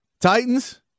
Titans